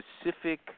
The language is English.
specific